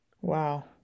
Wow